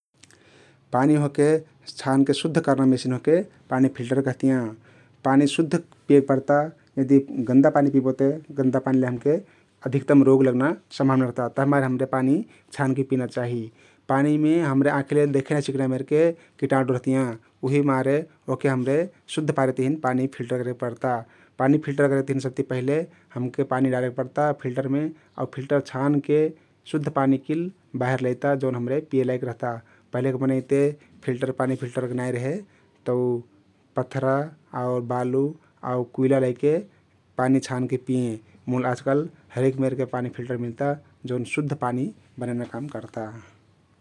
पानी ओहके छानके शुद्ध कर्ना मेसिन ओहके पानी फिल्टर कहतियाँ । पानी शुद्ध पिए पर्ता यदि गन्दा पानी पिबोते गन्दा पानीले हमके अधिक्तम रोग लग्ना सम्भवना रहता तभिमार हम्रे पानी छानके पिना चाहि । पानीमे हमरे आँखी ले देखे नाई सिक्ना मेरके किटाणु रहतियाँ उहिमार ओहके हम्रे शुद्ध पारेक तहिन पानी फिल्टर करे पर्ता । पानी फिल्टर करेक तहिन सबति पहिले हमके पानी डारेक पर्ता फिल्टरमे आउ फिल्टर छानके शुद्ध पानी किल बाहिर लैता जउन हम्रे पिए लाइक रहता । पहिलेक मनै ते फिल्टर पानी फिल्टर नाई रहे तउ पथरा, आउ बालु आउ कुइला लैके पानी छानके पिएँ मुल आजकाल हरेक मेरके पानी फिल्टर मिल्ता जउन शुद्ध पानी बनैना काम कर्ता ।